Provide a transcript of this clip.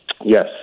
Yes